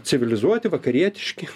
civilizuoti vakarietiški